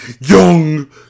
Young